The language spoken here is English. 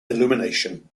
illumination